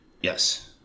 Yes